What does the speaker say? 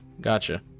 Gotcha